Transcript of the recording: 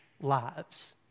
lives